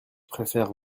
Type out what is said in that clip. préfère